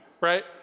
right